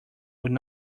will